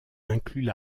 incluent